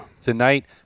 tonight